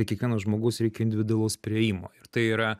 kiekvieno žmogaus reikia individualaus priėjimo ir tai yra